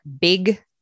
big